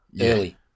early